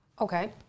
Okay